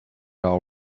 all